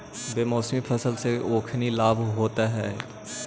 बेमौसमी फसल से ओखनी लाभ होइत हइ